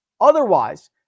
Otherwise